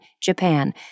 Japan